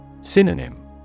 Synonym